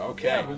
Okay